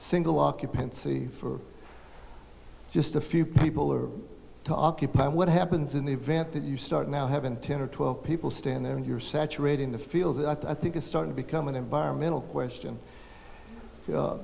single occupancy for just a few people or to occupy what happens in the event that you start now having ten or twelve people stand there and you're saturating the field that i think is start to become an environmental question